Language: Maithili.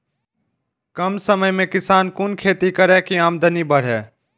कम समय में किसान कुन खैती करै की आमदनी बढ़े?